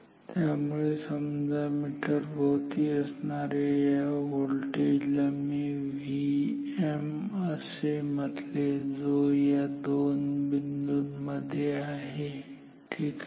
त्यामुळे समजा मीटर भोवती असणाऱ्या या व्होल्टेजला मी Vm असे म्हटले जो या दोन बिंदू मध्ये आहे ठीक आहे